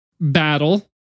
battle